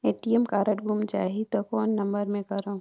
ATM card गुम जाही त कौन नम्बर मे करव?